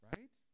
Right